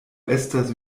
estas